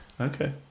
Okay